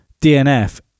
DNF